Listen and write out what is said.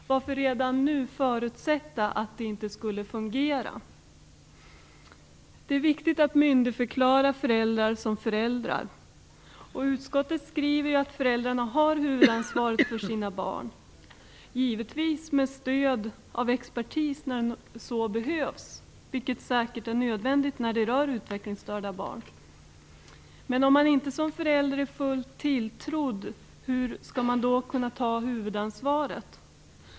Varför redan nu förutsätta att det inte skulle fungera? Det är viktigt att myndigförklara föräldrar som föräldrar. Utskottet skriver att föräldrarna har huvudansvaret för sina barn, givetvis med stöd av expertis när så behövs, vilket säkert är nödvändigt när det rör sig om utvecklingsstörda barn. Men om man inte som förälder är fullt tilltrodd, hur skall man då kunna ta huvudansvaret?